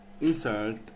insert